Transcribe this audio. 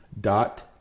dot